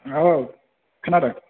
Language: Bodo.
औ खोनादों